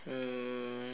um